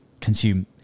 consume